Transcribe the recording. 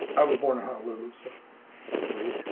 i was born out of loose worry.